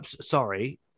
Sorry